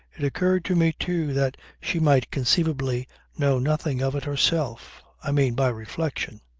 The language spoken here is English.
it occurred to me too that she might conceivably know nothing of it herself i mean by reflection.